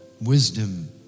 wisdom